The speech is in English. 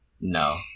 No